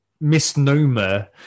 misnomer